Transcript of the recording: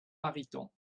mariton